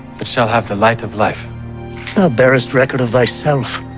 but shall have the light of life. thou bearest record of thyself